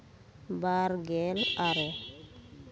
ᱵᱟᱨ ᱜᱮᱞ ᱟᱨᱮ